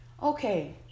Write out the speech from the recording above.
Okay